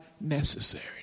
necessary